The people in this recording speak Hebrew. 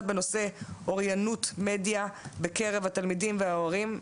בנושא אוריינות מדיה בקרב התלמידים וההורים.